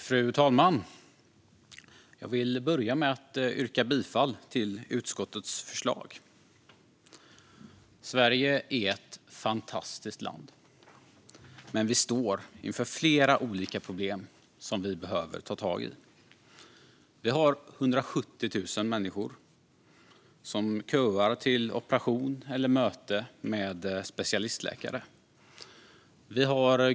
Fru talman! Jag vill börja med att yrka bifall till utskottets förslag. Sverige är ett fantastiskt land, men vi står inför flera olika problem som vi behöver ta tag i. 170 000 människor köar till operation eller möte med specialistläkare.